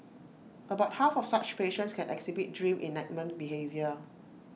about half of such patients can exhibit dream enactment behaviour